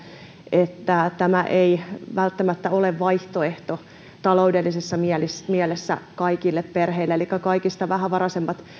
että tämä ei välttämättä ole vaihtoehto taloudellisessa mielessä mielessä kaikille perheille elikkä kaikista vähävaraisimmat